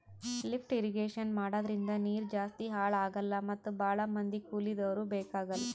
lift irrigation ಮಾಡದ್ರಿಂದ ನೀರ್ ಜಾಸ್ತಿ ಹಾಳ್ ಆಗಲ್ಲಾ ಮತ್ ಭಾಳ್ ಮಂದಿ ಕೂಲಿದವ್ರು ಬೇಕಾಗಲ್